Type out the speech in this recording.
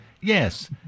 Yes